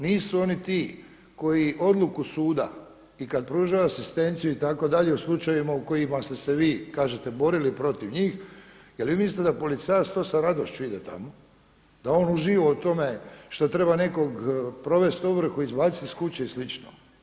Nisu oni ti koji odluku suda i kad pružaju asistenciju itd. u slučajevima u kojima ste se vi kažete borili protiv njih, jer vi mislite da policajac to sa radošću ide tamo, da on uživa u tome što treba nekog, provesti ovrhu, izbaciti iz kuće i slično.